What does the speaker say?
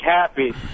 happy